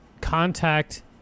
contact